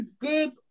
good